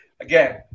again